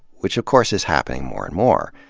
which of course is happening more and more.